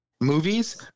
movies